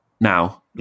now